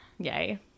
Yay